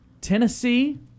tennessee